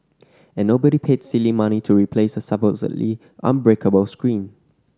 and nobody paid silly money to replace a supposedly unbreakable screen